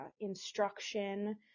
instruction